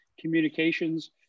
Communications